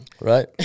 Right